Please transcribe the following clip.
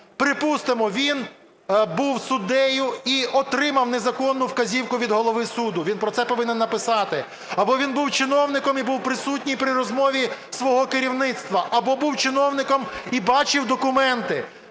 Припустимо, він був суддею і отримав незаконну вказівку від голови суду, він про це повинен написати. Або він був чиновником і був присутній при розмові свого керівництва. Або був чиновником і бачив документи.